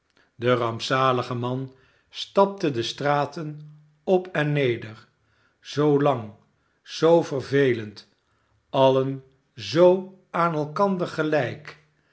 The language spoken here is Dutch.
de rampzalige man stapte de straten op en neder zoo lang zoo vervelend alien zoo aan elkander gelijk